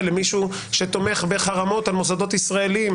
למישהו שתומך בחרמות על מוסדות ישראלים,